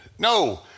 No